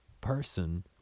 person